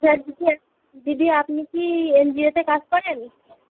হ্যাঁ দিদি আপ দিদি আপনি কি এন জি ও তে কাজ করেন